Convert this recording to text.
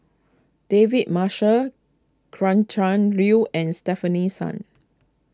David Marshall cran chan Liu and Stefanie Sun